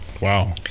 Wow